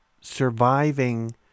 surviving